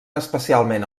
especialment